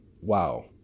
wow